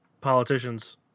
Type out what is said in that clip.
politicians